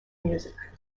music